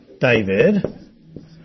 David